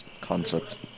concept